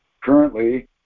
currently